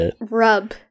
Rub